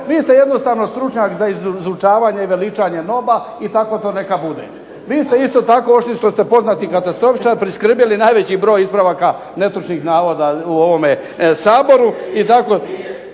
Vi ste jednostavno stručnjak za izučavanje i veličanje NOB-a i tako to neka bude. Vi ste isto tako osim što ste poznati katastrofičar priskrbili najveći broj ispravaka netočnih navoda u ovome Saboru i tako.